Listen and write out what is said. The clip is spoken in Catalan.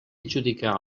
adjudicar